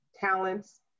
talents